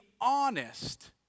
honest